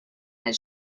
that